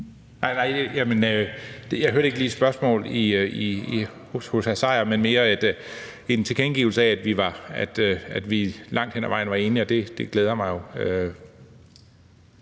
Jeg hørte ikke lige et spørgsmål fra hr. Peter Seier Christensen, men mere en tilkendegivelse af, at vi langt hen ad vejen var enige, og det glæder mig